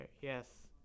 Yes